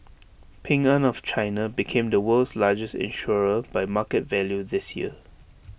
Ping an of China became the world's largest insurer by market value this year